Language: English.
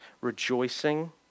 Rejoicing